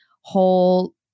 whole